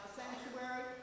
sanctuary